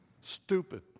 Stupid